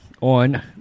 on